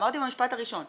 אמרתי במשפט הראשון.